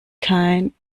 kein